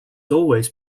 always